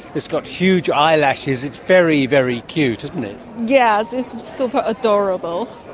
it's got huge eyelashes, it's very, very cute, isn't it. yes, it's super adorable.